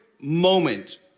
moment